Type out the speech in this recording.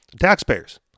taxpayers